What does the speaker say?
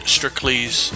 Strictly's